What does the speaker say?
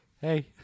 Hey